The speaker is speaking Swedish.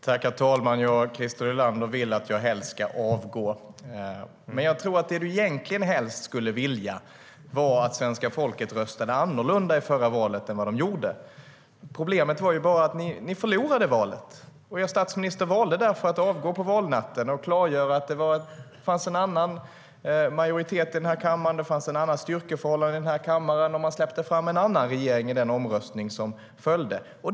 Herr talman! Christer Nylander vill att jag helst ska avgå. Men jag tror att det du egentligen helst skulle vilja är att svenska folket röstade annorlunda i senaste valet än de gjorde. Problemet var bara att ni förlorade valet. Er statsminister valde därför att avgå på valnatten och klargöra att det fanns en annan majoritet i kammaren och att det var ett annat styrkeförhållande här i kammaren, och man släppte fram en annan regering i den omröstning som följde.